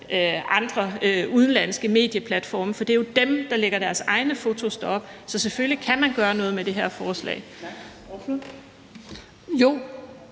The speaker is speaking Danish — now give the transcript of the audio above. andre, udenlandske medieplatforme, for det er jo dem, der lægger deres egne fotos derop. Så selvfølgelig kan man gøre noget med det her forslag.